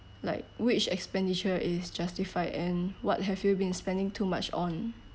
like which expenditure is justified and what have you been speding too much on